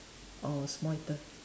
oh small eater